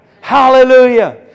Hallelujah